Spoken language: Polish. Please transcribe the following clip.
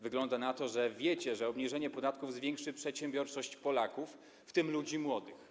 Wygląda na to, że wiecie, że obniżenie podatków zwiększy przedsiębiorczość Polaków, w tym ludzi młodych.